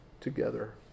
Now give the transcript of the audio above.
together